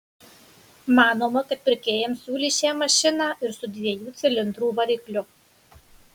manoma kad pirkėjams siūlys šią mašiną ir su dviejų cilindrų varikliu